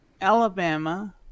Alabama